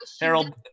Harold